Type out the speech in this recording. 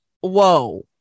whoa